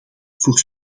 voor